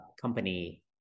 company